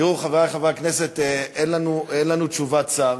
תראו, חברי חברי הכנסת, אין לנו תשובת שר.